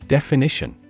Definition